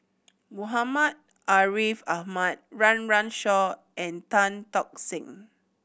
Muhammad Ariff Ahmad Run Run Shaw and Tan Tock Seng